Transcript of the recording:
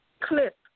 clip